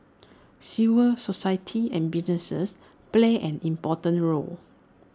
civil society and businesses play an important role